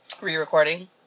Re-recording